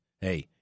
Hey